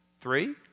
Three